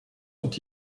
sont